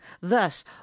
thus